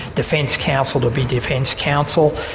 defence counsel to be defence counsel,